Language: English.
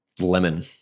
lemon